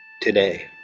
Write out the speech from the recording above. today